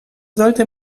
sollte